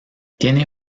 tiene